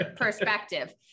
perspective